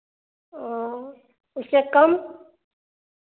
ओ उससे कम